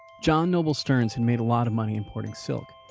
john noble stearns and made a lot of money importing silk.